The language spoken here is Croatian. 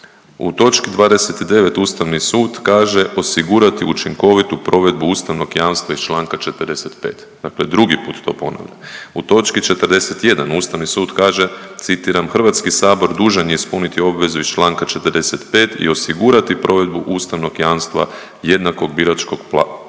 U točki 29. Ustavni sud kaže osigurati učinkovitu provedbu ustavnog jamstva iz Članka 45., to je drugi put to ponavljam. U točki 41. Ustavni sud kaže citiram, Hrvatski sabor dužan je ispuniti obvezu iz Članka 45. i osigurati provedbu ustavnog jamstva jednakog biračkog prava